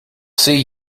see